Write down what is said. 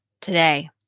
today